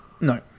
No